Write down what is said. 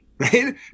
right